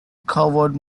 covered